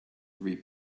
three